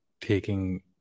Taking